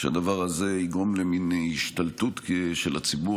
שהדבר הזה יגרום למין השתלטות של הציבור